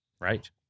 Right